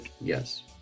yes